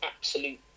absolute